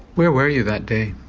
where were you that day?